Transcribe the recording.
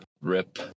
Rip